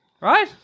Right